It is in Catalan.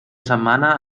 setmana